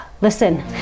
Listen